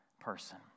person